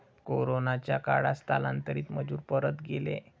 कोरोनाच्या काळात स्थलांतरित मजूर परत गेले